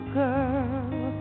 girl